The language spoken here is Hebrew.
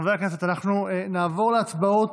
חברי הכנסת, אנחנו נעבור להצבעות